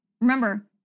Remember